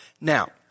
Now